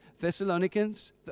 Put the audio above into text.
Thessalonians